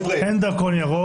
אין דרכון ירוק.